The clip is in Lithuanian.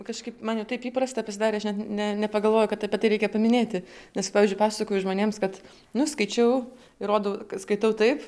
kažkaip man jau taip įprasta pasidarė aš net ne nepagalvoju kad apie tai reikia paminėti nes pavyzdžiui pasakoju žmonėms kad nu skaičiau ir rodau skaitau taip